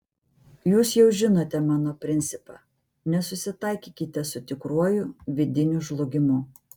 jūs jau žinote mano principą nesusitaikykite su tikruoju vidiniu žlugimu